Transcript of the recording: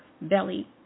belly